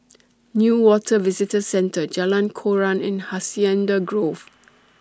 Newater Visitor Centre Jalan Koran and Hacienda Grove